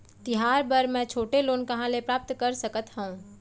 तिहार बर मै छोटे लोन कहाँ ले प्राप्त कर सकत हव?